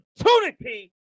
opportunity